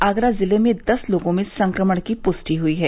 आगरा जिले में दस लोगों में संक्रमण की पुष्टि हुई है